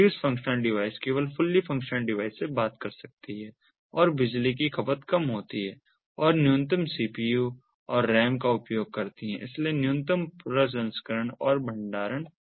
reduced functional device केवल fully functional device से बात कर सकती हैं और बिजली की खपत कम होती है और न्यूनतम सीपीयू और रैम का उपयोग करती हैं इसलिए न्यूनतम प्रसंस्करण और भंडारण